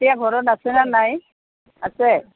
এতিয়া ঘৰত আছে ন নাই আছে